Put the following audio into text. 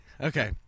Okay